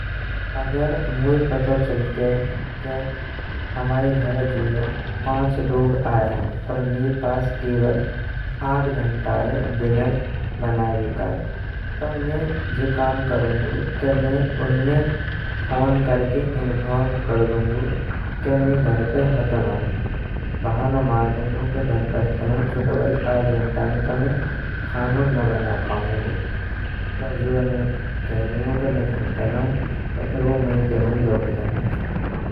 अगर मोए पतो चलते के हमाए घर पांच लोग आए रहें और मैं पास काबल आध घंटाय डिनर बनावे काज। तो मैं जी काम करुंगो मैं उन्ने फोन करके सूचना कर दुंगो, के मैं घर पे हेतनो बहानो मार दुंगो के घर पे हेतनो। चुनके भाई आध घंटा में तो खानो ना बनापाउंगो तो मैं कह दुंगो, में घर पे नाउ तो फिर बु मैं ते मैं लौट जांगे।